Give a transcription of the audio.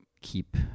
keep